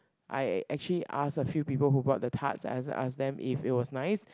I actually ask a few people who bought the tarts as ask them if it was nice